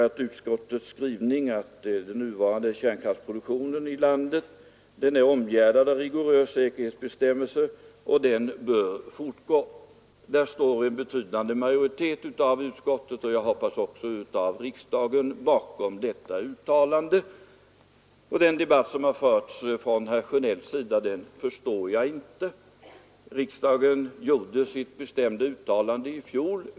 Utskottet skriver att den nuvarande kärnkraftsproduktionen i landet är omgärdad av rigorösa säkerhetsbestämmelser och bör fortgå. En betydande majoritet i utskottet — och även i riksdagen, hoppas jag — står bakom detta uttalande. Den debatt som herr Sjönell har fört förstår jag inte. Riksdagen gjorde sitt bestämda uttalande i fjol.